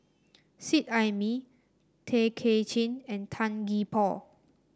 Seet Ai Mee Tay Kay Chin and Tan Gee Paw